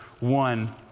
one